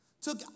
took